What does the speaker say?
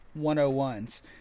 101s